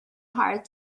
hard